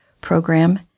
program